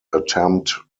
attempt